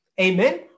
Amen